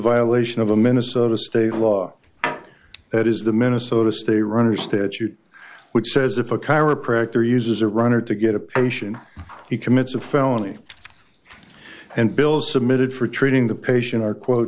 violation of a minnesota state law that is the minnesota state run or statute which says if a chiropractor uses a runner to get a patient he commits a felony and build submitted for treating the patient are quote